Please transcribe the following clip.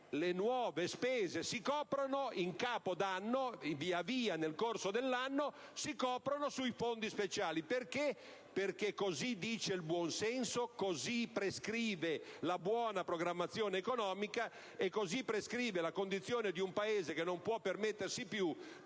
Le nuove spese, in capo d'anno e via via nel corso dell'anno, si coprono sui fondi speciali. Per quale motivo? Perché così dice il buon senso, così prescrive la buona programmazione economica e così prescrive la condizione di un Paese che non può permettersi più